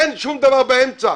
אין שום דבר באמצע.